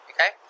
Okay